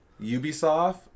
Ubisoft